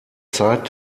zeit